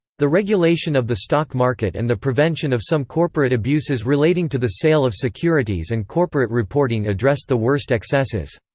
the regulation of the stock market and the prevention of some corporate abuses relating to the sale of securities and corporate reporting addressed the worst excesses.